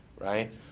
right